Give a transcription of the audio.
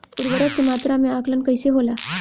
उर्वरक के मात्रा में आकलन कईसे होला?